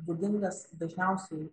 būdingas dažniausiai